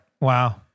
Wow